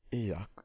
ya